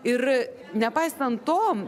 ir nepaisant to